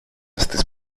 στις